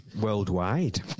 worldwide